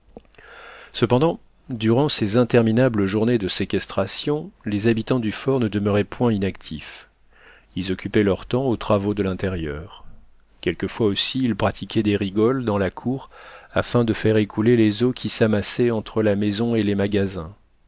cependant durant ces interminables journées de séquestration les habitants du fort ne demeuraient point inactifs ils occupaient leur temps aux travaux de l'intérieur quelquefois aussi ils pratiquaient des rigoles dans la cour afin de faire écouler les eaux qui s'amassaient entre la maison et les magasins